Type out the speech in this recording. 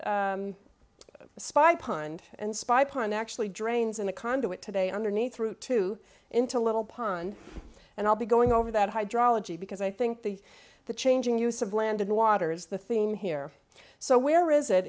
a spy pond and spy pond actually drains and a conduit today underneath route two into little pond and i'll be going over that hydrology because i think the the changing use of land and water is the theme here so where is it